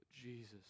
Jesus